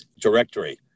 directory